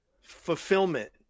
fulfillment